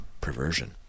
perversion